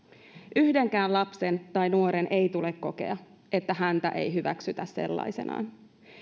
yhdenkään lapsen tai nuoren ei tule kokea että häntä ei hyväksytä sellaisenaan